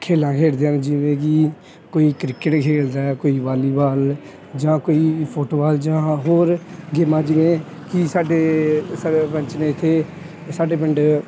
ਖੇਡਾਂ ਖੇਡਦੇ ਹਨ ਜਿਵੇਂ ਕਿ ਕੋਈ ਕ੍ਰਿਕਟ ਖੇਡਦਾ ਹੈ ਕੋਈ ਵਾਲੀਬਾਲ ਜਾਂ ਕੋਈ ਫੁੱਟਬਾਲ ਜਾਂ ਹੋਰ ਗੇਮਾਂ ਜਿਵੇਂ ਕਿ ਸਾਡੇ ਸਰਪੰਚ ਨੇ ਇੱਥੇ ਸਾਡੇ ਪਿੰਡ